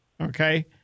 Okay